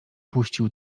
puścił